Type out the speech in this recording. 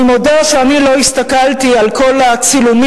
אני מודה שלא הסתכלתי על כל הצילומים,